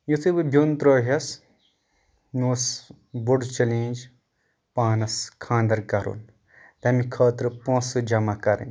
یتُھے بہٕ بیوٚن ترٛووہس مےٚ اوس بوٚڑ چیلینج پانس خانٛدر کرُن تمہِ خٲطرٕ پۄنٛسہِ جمع کرٕنۍ